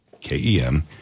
K-E-M